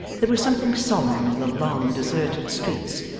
there was something solemn in the long, deserted streets,